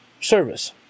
service